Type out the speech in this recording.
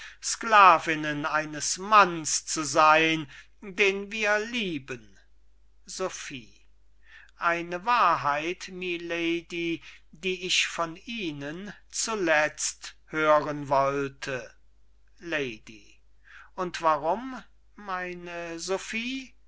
sklavinnen eines mannes zu sein den wir lieben sophie eine wahrheit milady die ich von ihnen zuletzt hören wollte lady und warum meine sophie